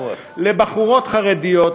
לבחורות חרדיות,